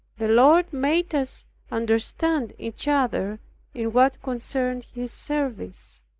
the lord made us understand each other in what concerned his service.